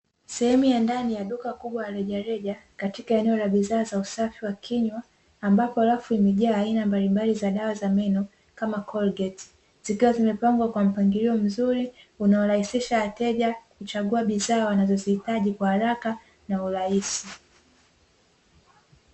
Sehemu ya ndani ya duka kubwa la rejareja, katika eneo la bidhaa za usafi wa kinywa, ambapo rafu imejaa aina mbalimbali za dawa za meno kama "colgate", zikiwa zimepangwa kwa mpangilio mzuri unaorahisisha wateja kuchagua bidhaa wanazozihitaji, kwa haraka na urahisi.